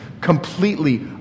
completely